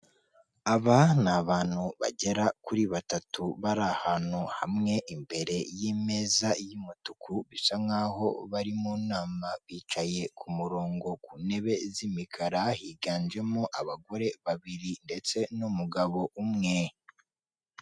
Aba ni abantu bagera kuri batatu, bari ahantu hamwe imbere y'imeza y'umutuku, bisa nk aho bari mu nama, bicaye ku murongo ku ntebe z'imikara, higanjemo abagore babiri, ndetse n'umugabo umwe.